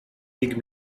big